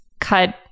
cut